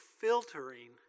filtering